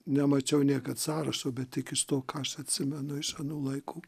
nemačiau niekad sąrašo bet tik iš to ką aš atsimenu iš anų laikų